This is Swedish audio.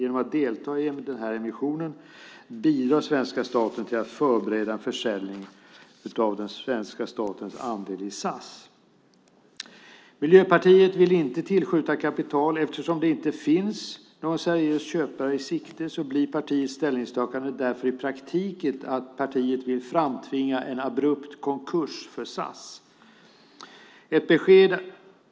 Genom att delta i emissionen bidrar svenska staten till att förbereda en försäljning av den svenska statens andel i SAS. Miljöpartiet vill inte tillskjuta kapital. Eftersom det inte finns någon seriös köpare i sikte blir partiets ställningstagande därför i praktiken att partiet vill framtvinga en abrupt konkurs för SAS.